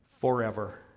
Forever